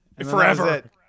forever